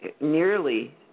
nearly